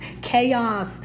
Chaos